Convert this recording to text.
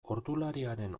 ordulariaren